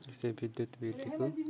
ସେ ବିଦ୍ୟୁତ୍ ବିଲ୍ଟିକୁ